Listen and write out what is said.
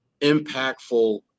Impactful